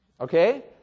Okay